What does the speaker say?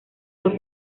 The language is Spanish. los